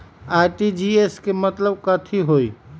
RTGS के मतलब कथी होइ?